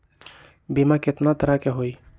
बीमा केतना तरह के होइ?